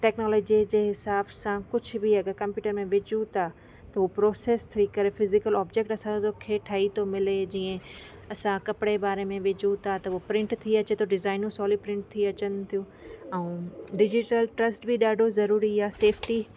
technology जे हिसाब सां कुझु बि अगरि कंप्यूटर में विझूं त थो प्रोसेस थी करे फिज़िकल ऑपजेक्ट असांजो खे ठही थो मिले जीअं असां कपिड़े बारे में विझूं था त हू प्रिंट थी अचे थो डिज़ाइनियूं सहुली प्रिंट थी अचनि थियूं ऐं डिजिटल ट्र्स्ट बि ॾाढो ज़रूरी आहे सेफ्टी